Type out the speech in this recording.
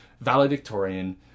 valedictorian